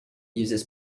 uses